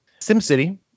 SimCity